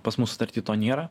pas mus sutarty to nėra